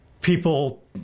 People